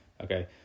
Okay